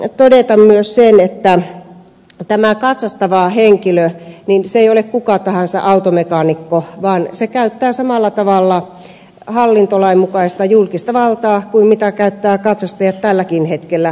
haluan todeta myös sen että katsastava henkilö ei ole kuka tahansa automekaanikko vaan hän käyttää samalla tavalla hallintolain mukaista julkista valtaa kuin katsastajat käyttävät tälläkin hetkellä katsastaessaan autoja